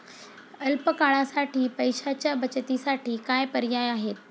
अल्प काळासाठी पैशाच्या बचतीसाठी काय पर्याय आहेत?